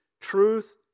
truth